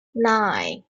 nine